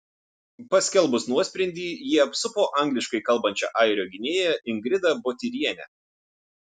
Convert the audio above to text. paskelbus nuosprendį jie apsupo angliškai kalbančią airio gynėją ingrida botyrienę